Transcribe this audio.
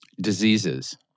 diseases